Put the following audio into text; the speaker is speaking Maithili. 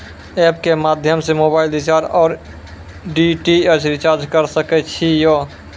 एप के माध्यम से मोबाइल रिचार्ज ओर डी.टी.एच रिचार्ज करऽ सके छी यो?